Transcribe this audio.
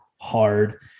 hard